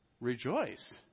rejoice